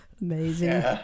amazing